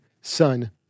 son